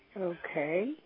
Okay